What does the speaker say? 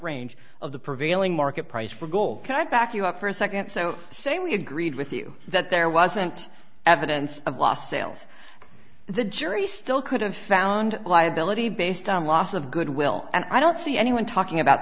range of the prevailing market price for gold can i back you up for a second so say we agreed with you that there wasn't evidence of lost sales the jury still could have found liability based on loss of goodwill and i don't see anyone talking about